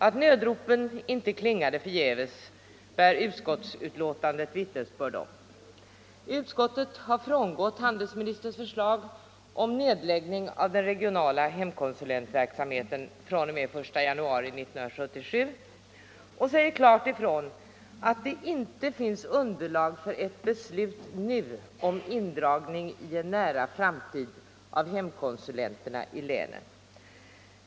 Att nödropen inte klingade förgäves bär utskottsbetänkandet vittnesbörd om. Utskottet har frångått handelsministerns förslag om nedläggning av den regionala hemkonsulentverksamheten fr.o.m. den 1 januari 1977 och säger klart ifrån att det inte finns underlag för ett beslut nu om indragning i en nära framtid av hemkonsulenterna i länen.